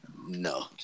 No